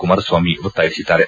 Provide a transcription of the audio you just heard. ಕುಮಾರಸ್ವಾಮಿ ಒತ್ತಾಯಿಸಿದ್ದಾರೆ